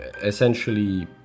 essentially